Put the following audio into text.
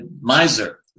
miser